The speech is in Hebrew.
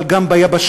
אבל גם ביבשות.